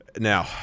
Now